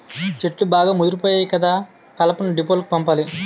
చెట్లు బాగా ముదిపోయాయి కదా కలపను డీపోలకు పంపాలి